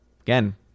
again